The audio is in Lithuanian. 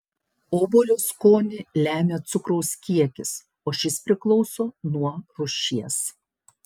obuolio skonį lemia cukraus kiekis o šis priklauso nuo rūšies